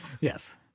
Yes